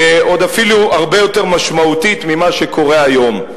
עוד אפילו הרבה יותר משמעותית ממה שקורה היום.